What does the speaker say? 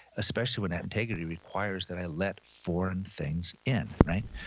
especially when that integrity requires that i let foreign things in, right?